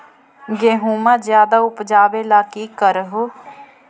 गेहुमा ज्यादा उपजाबे ला की कर हो?